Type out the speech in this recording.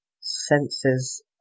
senses